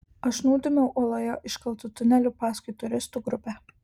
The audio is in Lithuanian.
aš nudūmiau uoloje iškaltu tuneliu paskui turistų grupę